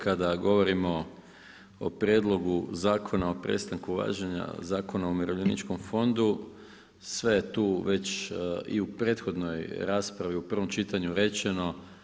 Kada govorimo o Prijedlogu zakona o prestanku važenja Zakona o umirovljeničkom fondu, sve je tu već i u prethodnoj raspravi u prvom čitanju rečeno.